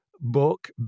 book